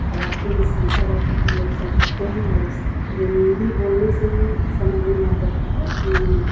राज्य में समझा जाता है लोग समझते हैं और इस हिंदी बोलने से ही समझ में आ जाता है कि